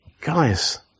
Guys